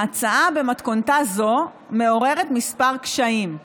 ההצעה במתכונתה הזו מעוררת כמה קשיים.